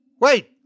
Wait